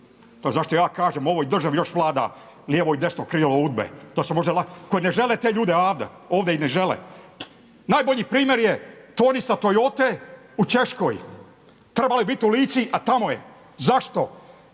Pa zašto ja kažem u ovoj državi još vlada lijevo i desno krilo UDBA-e, koji ne žele te ljude ovdje, ovdje ih ne žele. Najbolji primjer je Toni sa …/Govornik se ne razumije./… u Češko, trebala je biti u Lici a tamo je. Zašto?